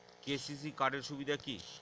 KCC card এর সুবিধা কি?